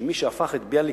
שמי שהפך את ביאליק,